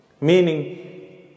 Meaning